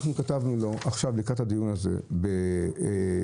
אנחנו כתבנו לו לקראת הדיון הזה, ב-3